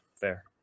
fair